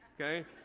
okay